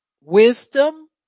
wisdom